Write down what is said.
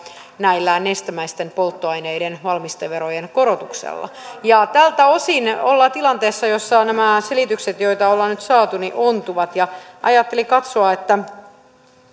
näillä nestemäisten polttoaineiden valmisteverojen korotuksella tältä osin ollaan tilanteessa jossa nämä selitykset joita ollaan nyt saatu ontuvat ja ajattelin katsoa